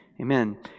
amen